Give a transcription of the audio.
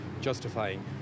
justifying